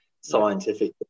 scientific